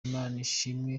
imanishimwe